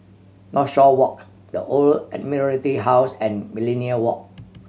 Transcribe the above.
Northshore Walk The Old Admiralty House and Millenia Walk